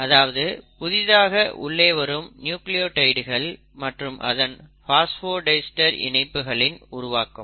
அதாவது புதிதாக உள்ளே வரும் நியூக்ளியோடைடுகள் மற்றும் அதன் பாஸ்போடைஸ்டர் இணைப்புகளின் உருவாக்கம்